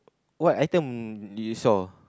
what item did you saw